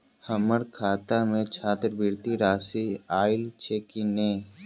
हम्मर खाता मे छात्रवृति राशि आइल छैय की नै?